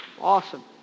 Awesome